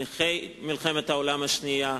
נכי מלחמת העולם השנייה,